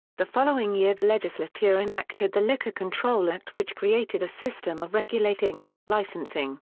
the following year the legislature enacted the liquor control act which created a system of regulating, licensing,